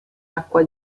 acqua